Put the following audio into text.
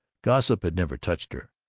gossip had never touched her,